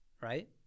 right